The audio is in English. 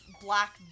black